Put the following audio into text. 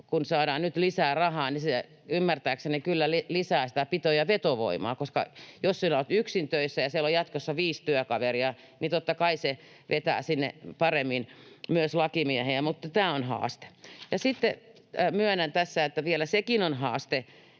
kun saadaan nyt lisää rahaa, niin se ymmärtääkseni kyllä lisää sitä pito- ja vetovoimaa, koska jos sinä olet yksin töissä ja siellä on jatkossa viisi työkaveria, niin totta kai se vetää sinne paremmin myös lakimiehiä. Mutta tämä on haaste. Sitten myönnän tässä, että vielä sekin on haaste,